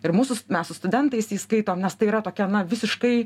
ir mūsų mes su studentais jį skaitom nes tai yra tokia na visiškai